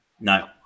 No